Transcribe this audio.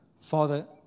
father